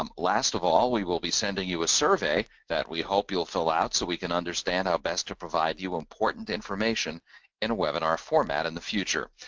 um last of all, we will be sending you a survey that we hope you will fill out so that we can understand how best to provide you important information in webinar format in the future.